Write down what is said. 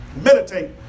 meditate